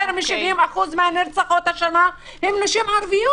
מ-70% מן הנרצחות השנה הן נשים ערביות.